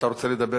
אתה רוצה לדבר?